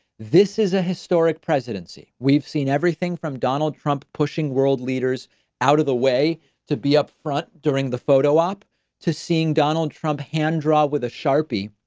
this is a historic presidency. we've seen everything from donald trump pushing world leaders out of the way to be up front during the photo op to seeing donald trump hand draw with a sharpie,